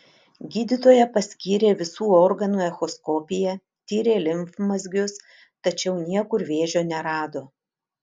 gydytoja paskyrė visų organų echoskopiją tyrė limfmazgius tačiau niekur vėžio nerado